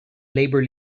labor